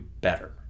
better